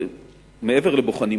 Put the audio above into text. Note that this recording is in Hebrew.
ומעבר לבוחנים,